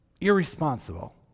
irresponsible